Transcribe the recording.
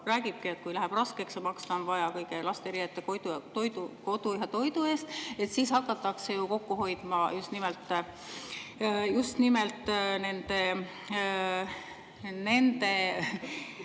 räägibki –, et kui läheb raskeks ja maksta on vaja kõige eest, laste riiete, kodu ja toidu eest, siis hakatakse kokku hoidma just nimelt nende